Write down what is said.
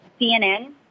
CNN